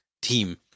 team